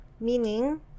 Meaning